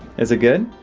is it good?